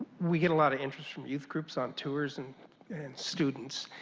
we get a lot of interest from youth groups on tours and and students.